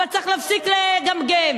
אבל צריך להפסיק לגמגם.